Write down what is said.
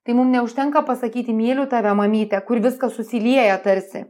tai mum neužtenka pasakyti myliu tave mamyte kur viskas susilieja tarsi